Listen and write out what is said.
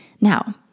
Now